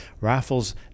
Raffles